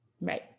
Right